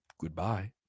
Goodbye